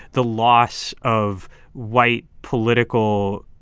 the loss of white political.